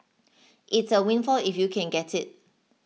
it's a windfall if you can get it